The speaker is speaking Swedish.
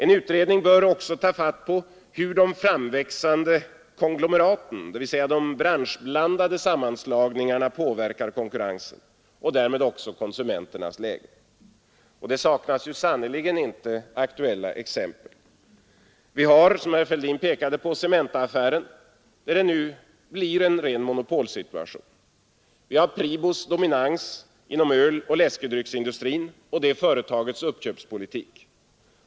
En utredning bör också undersöka hur de framväxande konglomeraten, dvs. de branschblandade sammanslagningarna, påverkar konkurrensen och därmed konsumenternas situation. Det saknas sannerligen inte aktuella exempel. Vi har, som herr Fälldin pekade på, Cementa-affären, där det nu blir en ren monopolsituation. Vi har Pribos dominans inom öloch läskedrycksindustrin och det företagets uppköpspolitik.